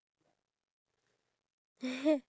then I have to be your princess